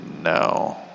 No